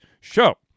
show